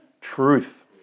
truth